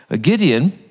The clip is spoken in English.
Gideon